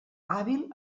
hàbil